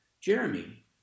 Jeremy